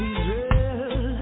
Israel